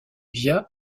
via